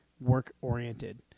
work-oriented